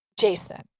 Jason